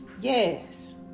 Yes